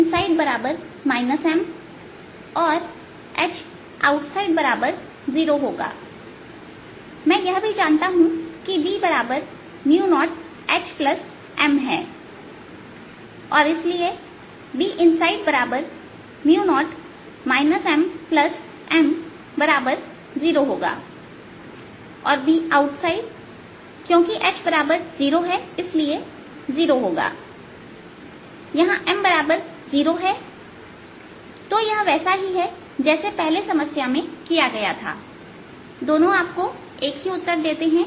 इसलिए Hinside Mऔर Houtside0 होगा मैं यह भी जानता हूं कि B0HMहै और इसलिए Binside0 MM0 होगा और Boutside क्योंकि H0 है इसलिए 0 होगा यहां M0 है तो यह वैसा ही है जैसा कि पहले समस्या को किया गया था दोनों आपको एक ही उत्तर देते हैं